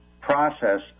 process